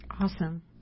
Awesome